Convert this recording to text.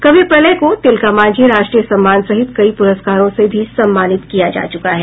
कवि प्रलय को तिलका मांझी राष्ट्रीय सम्मान सहित कई पुरस्कारों से भी सम्मानित किया जा चुका है